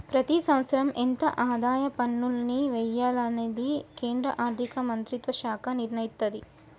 ప్రతి సంవత్సరం ఎంత ఆదాయ పన్నుల్ని వెయ్యాలనేది కేంద్ర ఆర్ధిక మంత్రిత్వ శాఖే నిర్ణయిత్తది